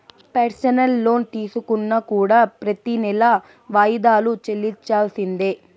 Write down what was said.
personal loan తీసుకున్నా కూడా ప్రెతి నెలా వాయిదాలు చెల్లించాల్సిందే